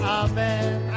amen